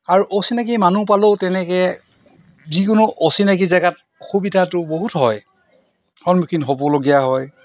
আৰু অচিনাকি মানুহ পালেও তেনেকৈ যিকোনো অচিনাকি জেগাত অসুবিধাটো বহুত হয় সন্মুখীন হ'বলগীয়া হয়